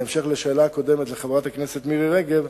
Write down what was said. בהמשך לשאלה קודמת של חברת הכנסת מירי רגב,